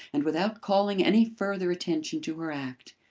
and without calling any further attention to her act,